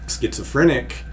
schizophrenic